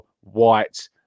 White